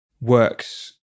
works